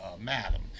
madam